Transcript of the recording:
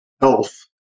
health